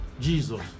Jesus